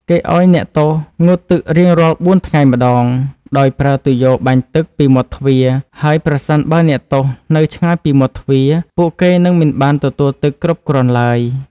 គេឱ្យអ្នកទោសងូតទឹករៀងរាល់បួនថ្ងៃម្តង ដោយប្រើទុយយ៉ូបាញ់ទឹកពីមាត់ទ្វារ ហើយ ប្រសិនបើអ្នកទោសនៅឆ្ងាយពីមាត់ទ្វារ ពួកគេនឹងមិនបានទទួលទឹកគ្រប់គ្រាន់ឡើយ។